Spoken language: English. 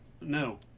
No